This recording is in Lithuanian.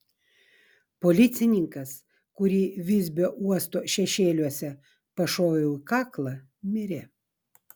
policininkas kurį visbio uosto šešėliuose pašoviau į kaklą mirė